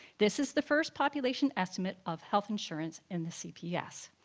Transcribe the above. this is the first population estimate of health insurance in the cps,